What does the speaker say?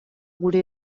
gure